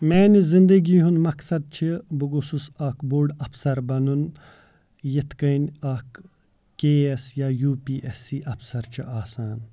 میٛانہِ زندگی ہُنٛد مقصد چھِ بہٕ گوٚژھُس اَکھ بوٚڑ اَفسَر بَنُن یِتھ کَنۍ اَکھ کے اے اٮ۪س یا یوٗ پی اٮ۪س سی اَفسَر چھِ آسان